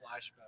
flashback